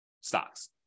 stocks